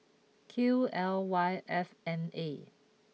Q L Y F N eight